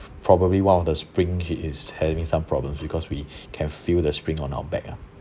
probably one of the spring is is having some problems because we can feel the spring on our back ah